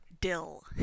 dill